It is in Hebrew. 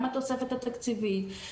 גם התוספת התקציבית,